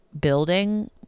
building